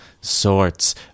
sorts